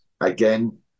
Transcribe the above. Again